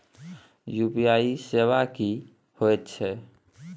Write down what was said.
UPI सेवा की होयत छै?